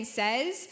says